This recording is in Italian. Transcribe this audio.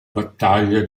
battaglia